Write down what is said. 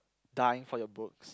dying for your books